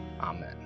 Amen